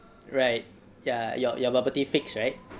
right ya your bubble tea fix right